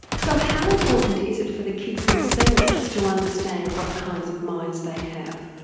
so how important is it for the kids themselves to understand what kinds of minds they have?